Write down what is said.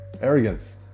arrogance